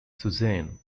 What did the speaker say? suzanne